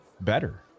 better